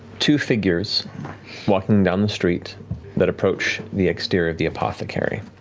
two figures walking down the street that approach the exterior of the apothecary.